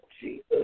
Jesus